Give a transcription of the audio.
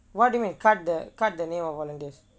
why do you mean cut the cut the name of volunteers